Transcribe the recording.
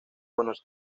buenos